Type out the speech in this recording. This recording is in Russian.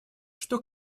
что